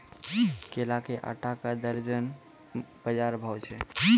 केला के आटा का दर्जन बाजार भाव छ?